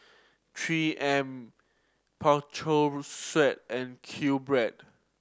Three M Sweat and QBread